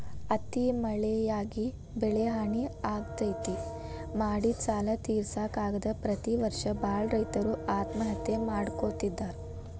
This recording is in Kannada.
ಅತಿ ಮಳಿಯಾಗಿ ಬೆಳಿಹಾನಿ ಆಗ್ತೇತಿ, ಮಾಡಿದ ಸಾಲಾ ತಿರ್ಸಾಕ ಆಗದ ಪ್ರತಿ ವರ್ಷ ಬಾಳ ರೈತರು ಆತ್ಮಹತ್ಯೆ ಮಾಡ್ಕೋತಿದಾರ